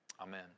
Amen